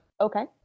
Okay